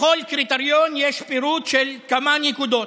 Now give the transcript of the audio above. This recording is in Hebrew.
לכל קריטריון יש פירוט של כמה נקודות.